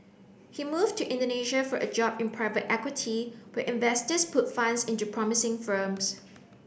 he moved to Indonesia for a job in private equity where investors put funds into promising firms